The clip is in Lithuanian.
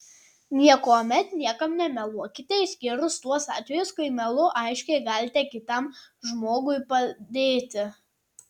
niekuomet niekam nemeluokite išskyrus tuos atvejus kai melu aiškiai galite kitam žmogui padėti